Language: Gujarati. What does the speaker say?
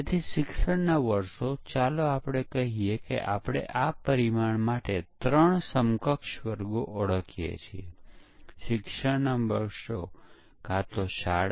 તે એક સરળ જવાબ આપશે કે હું ઇનપુટમાં કેટલાક મૂલ્યો આપીશ અને પરિણામનું અવલોકન કરીશ કે તે સાચું છે કે કેમ